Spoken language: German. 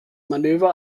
manöver